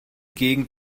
gegend